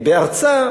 בארצה,